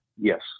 Yes